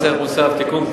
מס ערך מוסף (תיקון,